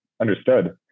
understood